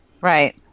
Right